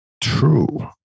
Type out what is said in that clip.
True